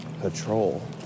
patrol